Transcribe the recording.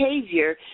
behavior